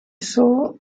saw